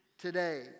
today